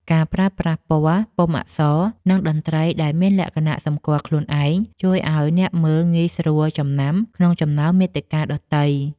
ការប្រើប្រាស់ពណ៌ ពុម្ពអក្សរ និងតន្ត្រីដែលមានលក្ខណៈសម្គាល់ខ្លួនឯង ជួយឱ្យអ្នកមើលងាយស្រួលចំណាំក្នុងចំណោមមាតិកាដទៃ។